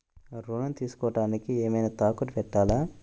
ఋణం తీసుకొనుటానికి ఏమైనా తాకట్టు పెట్టాలా?